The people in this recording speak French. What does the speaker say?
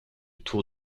tour